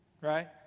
right